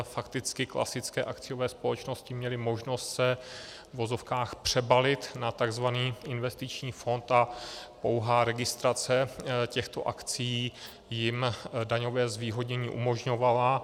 Fakticky klasické akciové společnosti měly možnost se, v uvozovkách, přebalit na takzvaný investiční fond a pouhá registrace těchto akcií jim daňové zvýhodnění umožňovala.